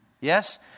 Yes